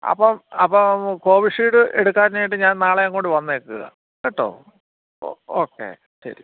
അപ്പം അപ്പം കോവീഷീൽഡ് എടുക്കാൻ വേണ്ടി ഞാൻ നാളെയങ്ങോട്ട് വന്നേക്കാം കേട്ടോ ഓ ഓക്കെ ശരി